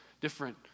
different